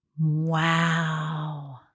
Wow